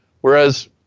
Whereas